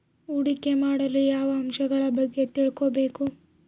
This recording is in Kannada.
ಹೂಡಿಕೆ ಮಾಡಲು ಯಾವ ಅಂಶಗಳ ಬಗ್ಗೆ ತಿಳ್ಕೊಬೇಕು?